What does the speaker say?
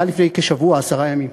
זה היה לפני כשבוע או עשרה ימים.